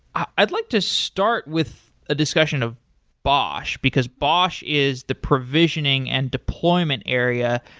i'd like to start with a discussion of bosh, because bosh is the provisioning and deployment area.